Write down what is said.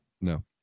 No